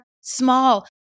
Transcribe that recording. small